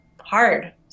hard